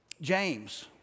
James